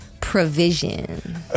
provision